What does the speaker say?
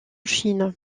chine